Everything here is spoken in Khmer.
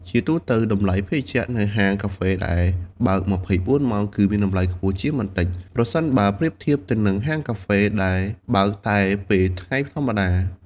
ជាទូទៅ តម្លៃភេសជ្ជៈនៅហាងកាហ្វេដែលបើក ២៤ ម៉ោងគឺ មានតម្លៃខ្ពស់ជាងបន្តិច ប្រសិនបើប្រៀបធៀបទៅនឹងហាងកាហ្វេដែលបើកតែពេលថ្ងៃធម្មតា។